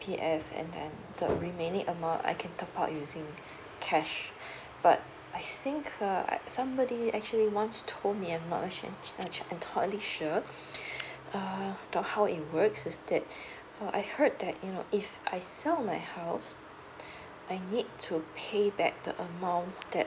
and then the remaining amount I can top up using cash but I think uh somebody actually once told me I am not entirely sure uh the how it works is that um I heard that you know if I sell my house I need to pay back the amount that